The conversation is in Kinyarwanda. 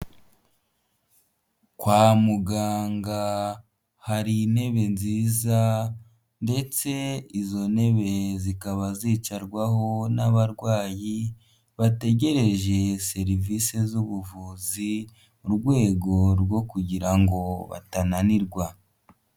Kwa muganga hari intebe nziza ndetse izo ntebe zikaba zicarwaho n'abarwayi bategereje serivisi z'ubuvuzi mu rwego rwo kugira ngo batananirwa.